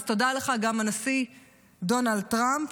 אז תודה גם לך, הנשיא דונלד טראמפ.